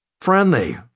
friendly